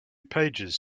pages